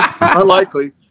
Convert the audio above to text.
unlikely